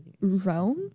rome